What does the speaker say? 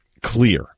clear